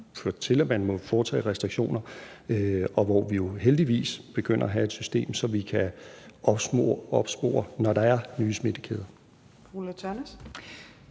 til, at man må indføre restriktioner, og hvor vi jo heldigvis begynder at have et system, så vi kan opspore, når der er nye smittekæder.